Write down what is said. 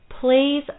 Please